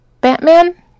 Batman